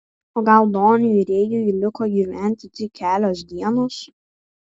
o gal doniui rėjui liko gyventi tik kelios dienos